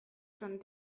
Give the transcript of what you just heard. schon